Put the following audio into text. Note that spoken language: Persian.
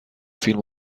فیلم